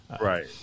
Right